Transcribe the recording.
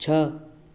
छः